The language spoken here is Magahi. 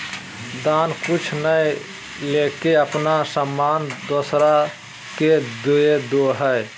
दान कुछु नय लेके अपन सामान दोसरा के देदो हइ